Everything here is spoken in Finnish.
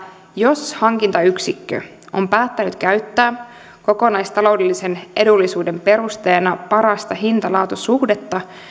jos hankintayksikkö on päättänyt käyttää kokonaistaloudellisen edullisuuden perusteena parasta hinta laatu suhdetta